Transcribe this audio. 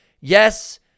Yes